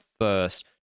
first